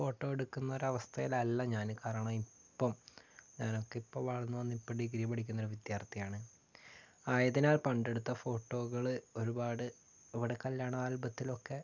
photo എടുക്കുന്നൊരു അവസ്ഥയിൽ അല്ല ഞാന് കാരണം ഇപ്പം ഞാനൊക്കെ ഇപ്പം വളർന്നു വന്ന് ഇപ്പം ഡിഗ്രീ പഠിക്കുന്നൊരു വിദ്യാർത്ഥിയാണ് ആയതിനാൽ പണ്ടെടുത്ത ഫോട്ടോകള് ഒരുപാട് ഇവിടെ കല്യാണ ആൽബത്തിലൊക്കെ